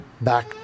back